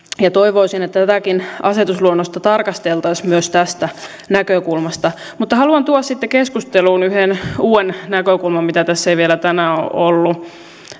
toivoisin että tätäkin asetusluonnosta tarkasteltaisiin myös tästä näkökulmasta mutta haluan tuoda sitten keskusteluun yhden uuden näkökulman mitä tässä ei vielä tänään ole ollut